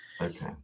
Okay